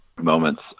moments